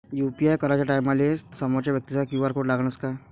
UPI कराच्या टायमाले मले समोरच्या व्यक्तीचा क्यू.आर कोड लागनच का?